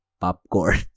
Popcorn